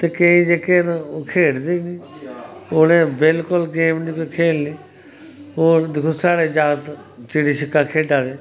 ते केईं जेह्के खेढदे गै नीं उनै बिल्कुल कोई गेम खेलनी होर दिक्खो साढ़े जाग्त चिड़ी छिक्का खेढा दे